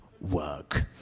work